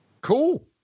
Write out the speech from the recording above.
Cool